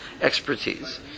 expertise